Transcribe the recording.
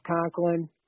Conklin